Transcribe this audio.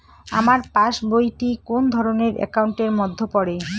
আমার পাশ বই টি কোন ধরণের একাউন্ট এর মধ্যে পড়ে?